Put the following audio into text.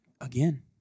Again